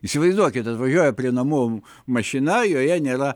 įsivaizduokit atvažiuoja prie namų mašina joje nėra